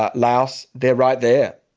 but laos. they're right there.